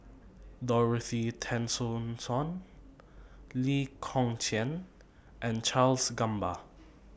Dorothy Tessensohn Lee Kong Chian and Charles Gamba